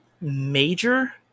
major